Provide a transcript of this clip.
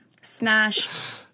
smash